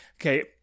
okay